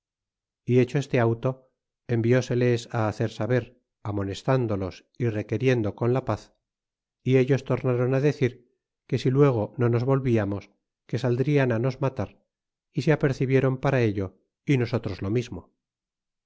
é hecho este auto envióseles hacer saber amonestándolos y requeriendo con la paz y ellos tornron decir que si luego no nos volviamos que saldrian nos matar y se apercibieron para ello y nosotros lo mismo